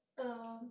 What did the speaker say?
um